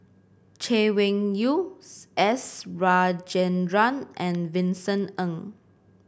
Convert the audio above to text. Chay Weng Yew S Rajendran and Vincent Ng